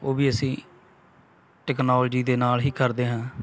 ਉਹ ਵੀ ਅਸੀਂ ਟਕਨੋਲਜੀ ਦੇ ਨਾਲ ਹੀ ਕਰਦੇ ਹਾਂ